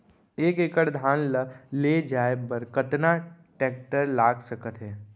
एक एकड़ धान ल ले जाये बर कतना टेकटर लाग सकत हे?